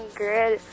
girl